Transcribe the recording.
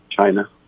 China